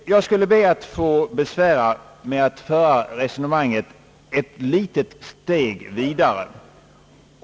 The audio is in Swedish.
Jag skulle be att få besvära kammaren med att föra resonemanget ett litet steg vidare.